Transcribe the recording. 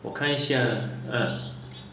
我看一下 ha